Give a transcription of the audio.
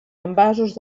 envasos